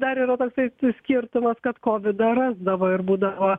dar yra toksai skirtumas kad kovidą rasdavo ir būdavo